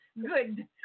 good